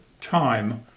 time